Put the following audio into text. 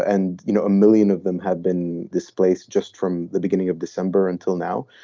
and you know, a million of them have been displaced just from the beginning of december until now.